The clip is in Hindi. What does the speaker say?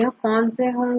यह कौन से हैं